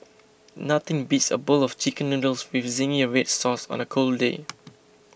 nothing beats a bowl of Chicken Noodles with Zingy Red Sauce on a cold day